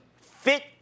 fit